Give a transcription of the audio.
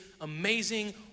amazing